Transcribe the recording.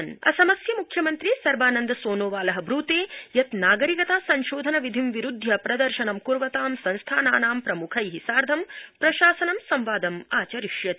असमम् असमस्य मुख्यमन्त्री सर्वानन्द सोनोवाल ब्रते यत् नागरिकता संशोधन विधिं विरुद्धय प्रदर्शना कुर्वता संस्थानानां प्रमुखै सार्थं प्रशासनं संवचादम् आवरिष्यति